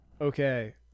Okay